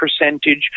percentage